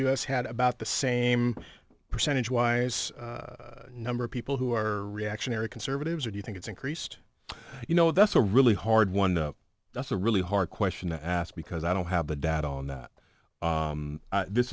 u s had about the same percentage wise number of people who are reactionary conservatives or do you think it's increased you know that's a really hard one that's a really hard question to ask because i don't have the data on that